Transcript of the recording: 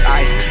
ice